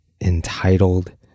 entitled